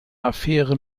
affäre